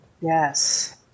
Yes